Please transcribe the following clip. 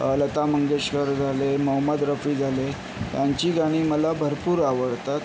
लता मंगेशकर झाले मोहम्मद रफी झाले यांची गाणी मला भरपूर आवडतात